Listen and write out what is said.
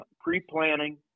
Pre-planning